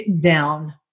down